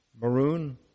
Maroon